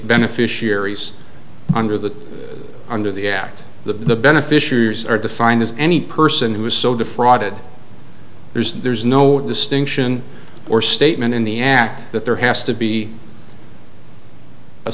beneficiaries under the under the act the beneficiaries are defined as any person who is so defrauded there's there's no distinction or statement in the act that there has to be a